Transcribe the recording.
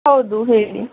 ಹೌದು ಹೇಳಿ